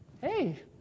Hey